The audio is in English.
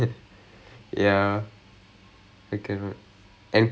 cannot shit